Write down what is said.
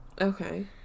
Okay